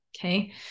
Okay